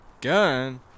Gun